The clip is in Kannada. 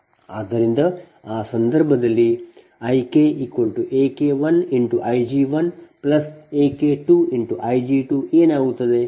ಆದ್ದರಿಂದ ಆ ಸಂದರ್ಭದಲ್ಲಿ IKAK1Ig1AK2Ig2 ಏನಾಗುತ್ತದೆ